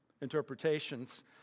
interpretations